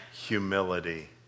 humility